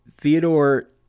Theodore